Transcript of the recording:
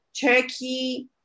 Turkey